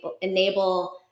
enable